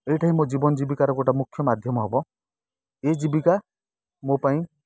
ଏଇଟା ହିଁ ମୋ ଜୀବନ ଜୀବିକାର ଗୋଟେ ମୁଖ୍ୟ ମାଧ୍ୟମ ହବ ଏ ଜୀବିକା ମୋ ପାଇଁ